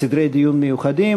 סדרי דיון מיוחדים,